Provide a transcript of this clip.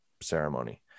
ceremony